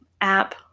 app